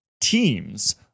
teams